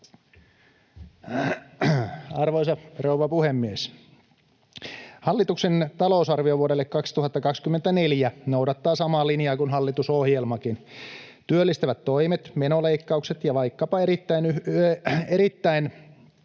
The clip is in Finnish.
Arvoisa rouva puhemies! Hallituksen talousarvio vuodelle 2024 noudattaa samaa linjaa kuin hallitusohjelmakin. Työllistävät toimet, menoleikkaukset ja vaikkapa erittäin